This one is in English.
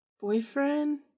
boyfriend